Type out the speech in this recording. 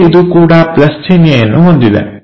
ಮತ್ತೆ ಇದು ಕೂಡ ಪ್ಲಸ್ ಚಿಹ್ನೆಯನ್ನು ಹೊಂದಿದೆ